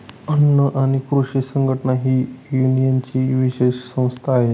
अन्न आणि कृषी संघटना ही युएनची विशेष संस्था आहे